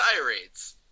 tirades